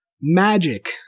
magic